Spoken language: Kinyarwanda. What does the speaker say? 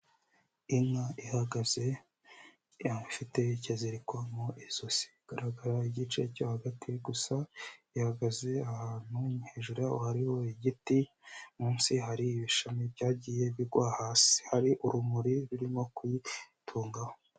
Inka ihagaze ifite ikiziriko mu ijosi, igaragara igice cyo hagati gusa, ihagaze ahantu hejuru hariho igiti, munsi hari ibishami byagiye bigwa hasi, hari urumuri rurimo kuyitungaho.